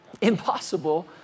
Impossible